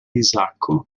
isacco